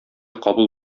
кабул